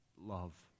love